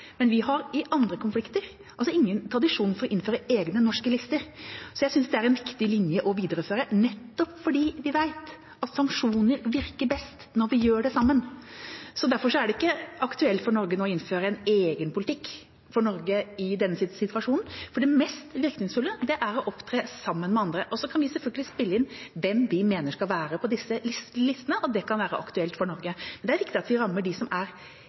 Vi har ingen tradisjon fra andre konflikter for å innføre egne norske lister. Jeg synes det er en viktig linje å videreføre, nettopp fordi vi vet at sanksjoner virker best når vi gjør det sammen. Derfor er det ikke aktuelt for Norge å innføre en egen politikk i denne situasjonen, for det mest virkningsfulle er å opptre sammen med andre. Så kan vi selvfølgelig spille inn hvem vi mener skal være på disse listene, og det kan være aktuelt for Norge. Det er viktig at vi rammer dem som reelt sett er